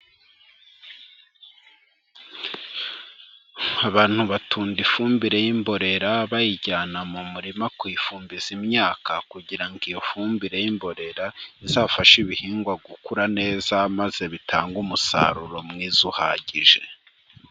Abantu batunda ifumbire y'imborera bayijyana mu murima kuyifumbiza imyaka, kugira ngo iyo fumbire y'imborera, izafashe ibihingwa gukura neza, maze bitange umusaruro mwiza uhagije.